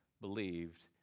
believed